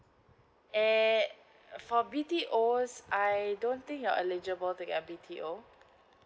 eh for BTOs I don't think you're eligible to get BTO